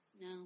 No